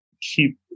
keep